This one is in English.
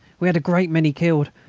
we had a great many killed.